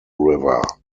river